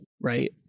right